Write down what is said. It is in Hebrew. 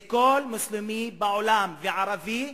כל מוסלמי בעולם, וערבי,